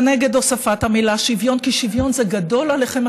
אלא נגד הוספת המילה "שוויון" כי שוויון זה גדול עליכם,